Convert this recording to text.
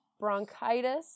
bronchitis